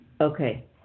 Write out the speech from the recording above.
Okay